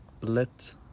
let